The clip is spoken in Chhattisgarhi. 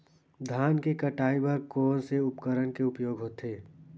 धान के कटाई बर कोन से उपकरण के उपयोग होथे?